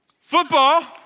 Football